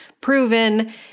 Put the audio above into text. proven